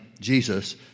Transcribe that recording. Jesus